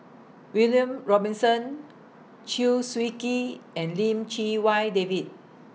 William Robinson Chew Swee Kee and Lim Chee Wai David